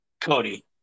Cody